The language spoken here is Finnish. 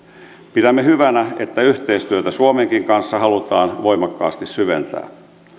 pidämme hyvänä että yhteistyötä suomenkin kanssa halutaan voimakkaasti syventää